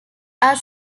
are